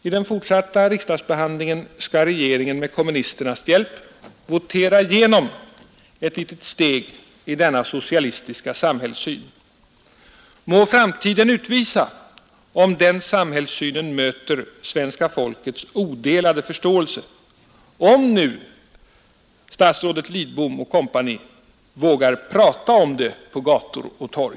I den fortsatta riksdagsbehandlingen skall regeringen med kommunisternas hjälp votera igenom ett litet steg mot denna socialistiska samhällssyn. Må framtiden utvisa om den synen möter svenska folkets odelade förståelse, om nu statsrådet Lidbom och kompani vågar prata om det på gator och torg.